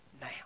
now